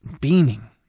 beaming